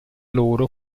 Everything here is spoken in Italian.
loro